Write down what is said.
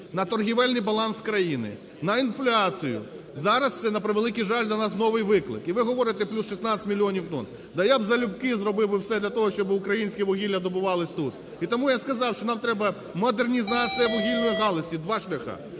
на торгівельний баланс країни, на інфляцію. Зараз це, на превеликий жаль, для нас новий виклик. І ви говорите, плюс 16 мільйонів тонн. Та я залюбки зробив би все для того, щоб українське вугілля добувалось тут. І тому я сказав, що нам треба модернізація вугільної галузі. Два шляха,